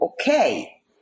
okay